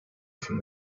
from